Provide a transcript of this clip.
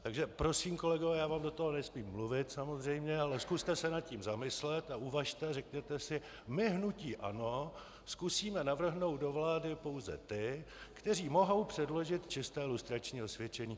Takže prosím, kolegové, já vám do toho nesmím mluvit samozřejmě, ale zkuste se nad tím zamyslet a uvažte a řekněte si: My, hnutí ANO, zkusíme navrhnout do vlády pouze ty, kteří mohou předložit čisté lustrační osvědčení.